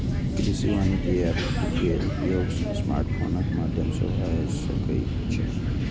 कृषि वानिकी एप के उपयोग स्मार्टफोनक माध्यम सं भए सकै छै